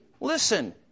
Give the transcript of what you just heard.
Listen